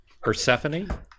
Persephone